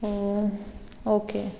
ഓ ഒക്കെ